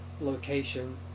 location